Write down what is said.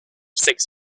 six